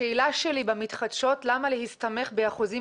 השאלה שלי היא למה במתחדשות להסתמך באחוזים